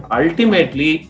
ultimately